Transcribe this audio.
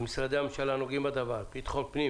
למשרדי הממשלה הנוגעים בדבר ביטחון פנים